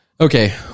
Okay